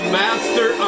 master